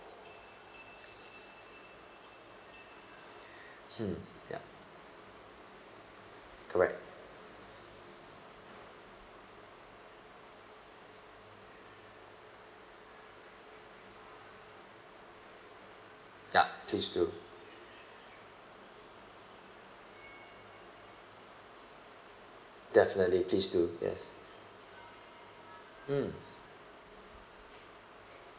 mm ya correct yup please do definitely please do yes mm